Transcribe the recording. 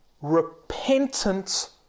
repentant